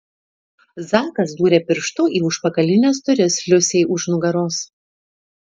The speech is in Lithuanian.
zakas dūrė pirštu į užpakalines duris liusei už nugaros